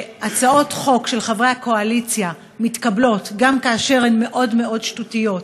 שהצעות חוק של חברי הקואליציה מתקבלות גם כאשר הן מאוד מאוד שטותיות,